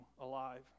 alive